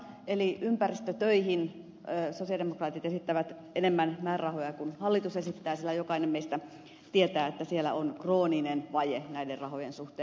eli ympäristötöihin sosialidemokraatit esittävät enemmän määrärahoja kuin hallitus sillä jokainen meistä tietää että siellä on krooninen vaje näiden rahojen suhteen